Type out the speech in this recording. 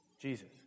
Jesus